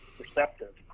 perceptive